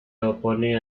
opone